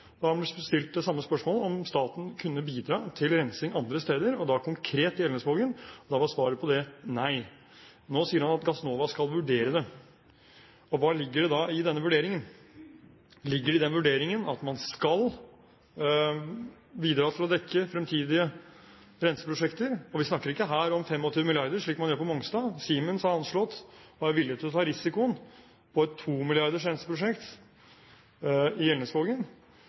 da han ble stilt det samme spørsmålet, om staten kunne bidra til rensing andre steder, og da konkret i Elnesvågen. Da var svaret på det nei. Nå sier han at Gassnova skal vurdere det. Hva ligger det da i denne vurderingen? Ligger det i den vurderingen at man skal bidra til å dekke fremtidige renseprosjekter? Og vi snakker ikke her om 25 mrd. kr, slik man gjør på Mongstad. Siemens har anslått og er villig til å ta risikoen på et 2 mrd. kr-renseprosjekt i Elnesvågen.